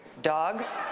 dogs,